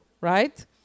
right